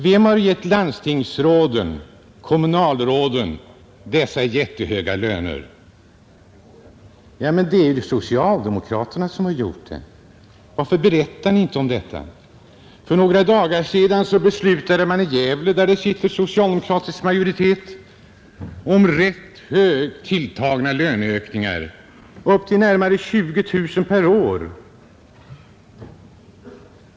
Vem har gett landstingsråden och kommunalråden deras jättehöga löner? Jo, det är socialdemokraterna som har gjort det. Varför berättar Ni inte detta? För några dagar sedan beslöt man i Gävle, som har en socialdemokratisk majoritet, om rätt högt tilltagna löneökningar för kommunala tjänstemän, upp till 20 000 kronor per år.